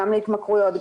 גם להתמכרויות,